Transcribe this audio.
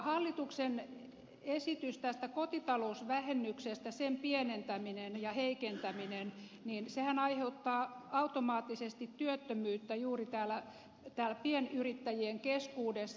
hallituksen esitys kotitalousvähennyksestä sen pienentämisestä ja heikentämisestä aiheuttaa automaattisesti työttömyyttä juuri pienyrittäjien keskuudessa